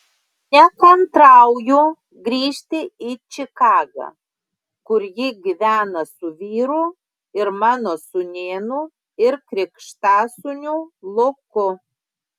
nekantrauju grįžti į čikagą kur ji gyvena su vyru ir mano sūnėnu ir krikštasūniu luku